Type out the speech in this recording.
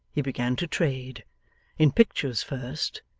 he began to trade in pictures first,